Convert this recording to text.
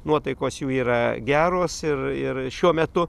nuotaikos jų yra geros ir ir šiuo metu